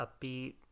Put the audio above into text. upbeat